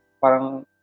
parang